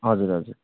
हजुर हजुर